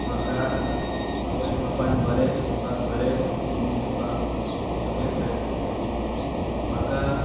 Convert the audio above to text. म्हाका आवयन बापायन बरें शिकपाक बरें गूण दिवपाक सगळें प्रयत्न केलें म्हाका